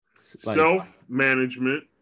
self-management